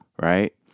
right